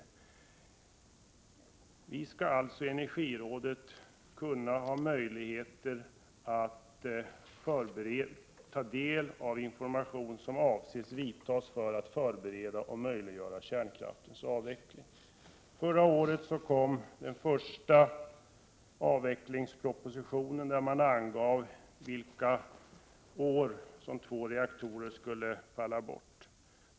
Vi skall alltså i energirådet kunna ha möjligheter att ta del av information om åtgärder som avses vidtas för att förbereda och möjliggöra kärnkraftens avveckling. Förra året kom den första propositionen om avveckling, där man angav vilka år som två reaktorer skulle falla bort.